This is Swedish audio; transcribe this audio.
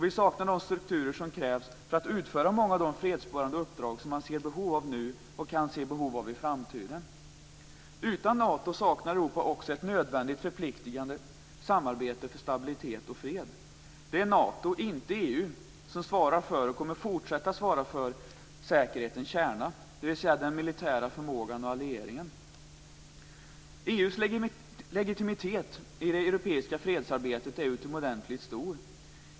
Vi saknar de strukturer som krävs för att utföra många av de fredsbevarande uppdrag som man ser behov av nu och som man kan se behov av i framtiden. Utan Nato saknar Europa också ett nödvändigt förpliktigande samarbete för stabilitet och fred. Det är Nato och inte EU som svarar för, och kommer att fortsätta svara för, säkerhetens kärna, dvs. den militära förmågan och allieringen. EU:s legitimitet i det europeiska fredsarbetet är utomordentligt stor.